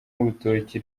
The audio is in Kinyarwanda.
w’urutoki